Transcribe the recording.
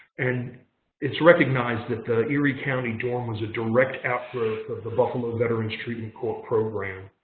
and it's recognized that the erie county dorm was a direct outgrowth of the buffalo veterans treatment corp program.